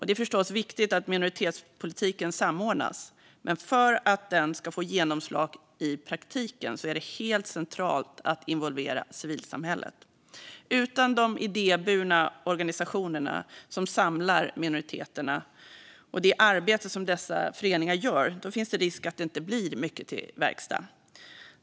Det är förstås viktigt att minoritetspolitiken samordnas, men för att den ska få genomslag i praktiken är det helt centralt att involvera civilsamhället. Utan de idéburna organisationer som samlar minoriteterna och det arbete som dessa föreningar gör finns det risk för att det inte blir mycket till verkstad.